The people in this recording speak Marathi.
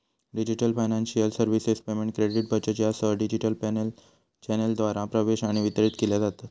digital financial services payment, credit, बचत यासह डिजिटल चॅनेलद्वारा प्रवेश आणि वितरित केल्या जातत